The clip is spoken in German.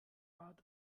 bad